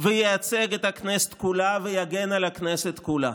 וייצג את הכנסת כולה, ויגן על הכנסת כולה.